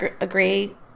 agree